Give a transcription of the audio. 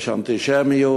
יש אנטישמיות.